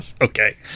Okay